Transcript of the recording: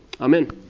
Amen